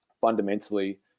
fundamentally